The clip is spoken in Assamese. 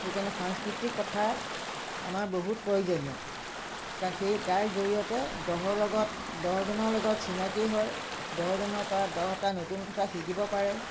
সেইকাৰণে সাংস্কৃতিক প্ৰথাৰ আমাৰ বহুত প্ৰয়োজনীয় ইয়াত সেই তাৰ জৰিয়তে দহৰ লগত দহজনৰ লগত চিনাকি হয় দহজনৰ পৰা দহটা নতুন কথা শিকিব পাৰে